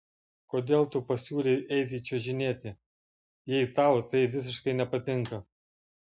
kodėl tu pasiūlei eiti čiuožinėti jei tau tai visiškai nepatinka